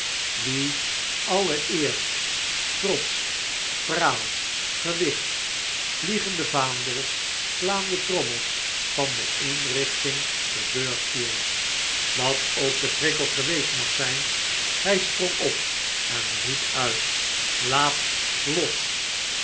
trots praal gewicht vliegende vaandels slaande trommels van de inrichting te beurt viel wat ook de prikkel geweest mag zijn hij sprong op en riep uit laat los